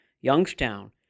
Youngstown